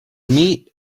meat